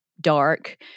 dark